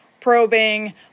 probing